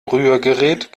rührgerät